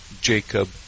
Jacob